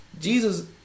Jesus